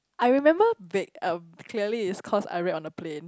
I remember bake uh clearly is cause I read on the plane